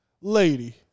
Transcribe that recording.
lady